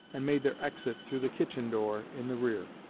and made their exit through the kitchen door in the rear,